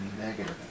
negative